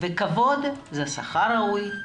וכבוד הוא שכר ראוי,